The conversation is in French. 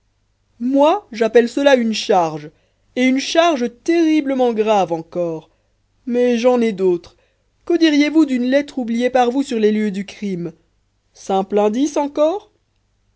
moi j'appelle cela une charge et une charge terriblement grave encore mais j'en ai d'autres que diriez-vous d'une lettre oubliée par vous sur les lieux du crime simple indice encore